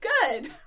good